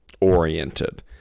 oriented